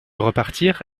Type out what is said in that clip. repartir